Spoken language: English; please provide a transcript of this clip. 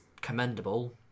commendable